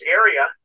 area